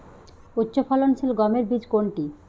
উচ্চফলনশীল গমের বীজ কোনটি?